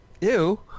Ew